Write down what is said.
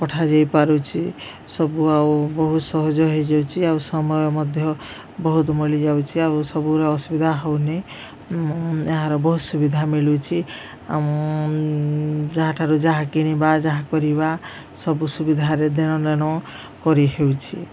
ପଠାଯାଇ ପାରୁଛି ସବୁ ଆଉ ବହୁତ ସହଜ ହେଇଯାଉଛି ଆଉ ସମୟ ମଧ୍ୟ ବହୁତ ମିଳିଯାଉଛି ଆଉ ସବୁରେ ଅସୁବିଧା ହଉନି ଏହାର ବହୁତ ସୁବିଧା ମିଳୁଛି ଯାହାଠାରୁ ଯାହା କିଣିବା ଯାହା କରିବା ସବୁ ସୁବିଧାରେ ଦେଣନେଣ କରିହେଉଛି